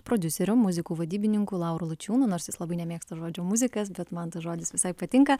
prodiuseriu muziku vadybininku lauru lučiūnu nors jis labai nemėgsta žodžio muzikas bet man tas žodis visai patinka